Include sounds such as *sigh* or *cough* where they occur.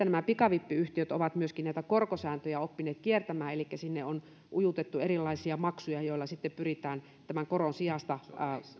*unintelligible* nämä pikavippiyhtiöt ovat myöskin näitä korkosääntöjä oppineet kiertämään elikkä sinne on ujutettu erilaisia maksuja joilla sitten pyritään koron sijasta